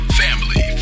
family